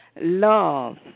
love